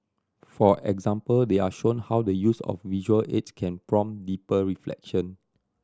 for example they are shown how the use of visual aids can prompt deeper reflection